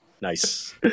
Nice